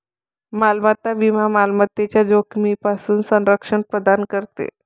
मालमत्ता विमा मालमत्तेच्या जोखमीपासून संरक्षण प्रदान करते